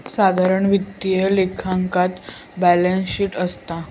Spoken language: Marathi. साधारण वित्तीय लेखांकनात बॅलेंस शीट असता